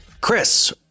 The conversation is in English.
Chris